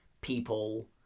people